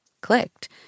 clicked